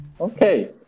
Okay